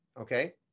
Okay